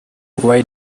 why